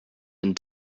and